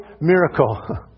miracle